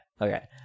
Okay